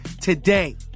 today